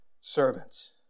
servants